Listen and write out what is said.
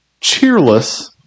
cheerless